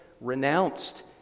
Renounced